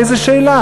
איזה שאלה,